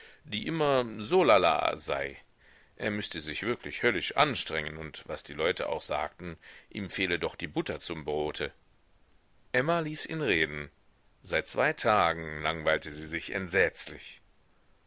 die immer so lala sei er müßte sich wirklich höllisch anstrengen und was die leute auch sagten ihm fehle doch die butter zum brote emma ließ ihn reden seit zwei tagen langweilte sie sich entsetzlich